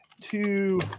two